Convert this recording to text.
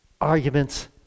arguments